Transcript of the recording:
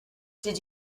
did